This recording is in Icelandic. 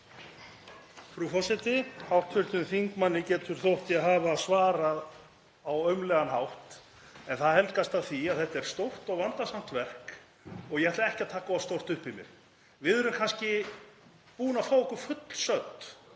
Frú forseti. Hv. þingmanni getur þótt ég hafa svarað á aumlegan hátt en það helgast af því að þetta er stórt og vandasamt verk og ég ætla ekki að taka of stórt upp í mig. Við erum kannski búin að fá okkur fullsödd